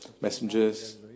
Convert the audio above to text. messengers